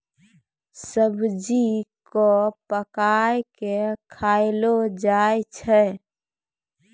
सब्जी क पकाय कॅ खयलो जाय छै